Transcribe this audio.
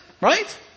Right